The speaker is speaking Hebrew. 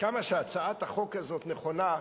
כמה שהצעת החוק הזאת נכונה,